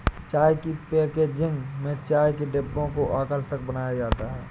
चाय की पैकेजिंग में चाय के डिब्बों को आकर्षक बनाया जाता है